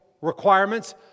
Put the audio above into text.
requirements